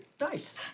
Nice